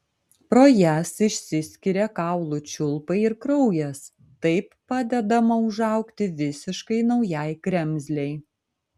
pro jas išsiskiria kaulų čiulpai ir kraujas taip padedama užaugti visiškai naujai kremzlei